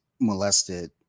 molested